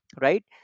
right